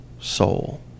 soul